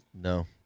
No